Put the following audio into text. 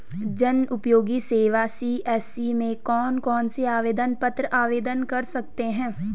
जनउपयोगी सेवा सी.एस.सी में कौन कौनसे आवेदन पत्र आवेदन कर सकते हैं?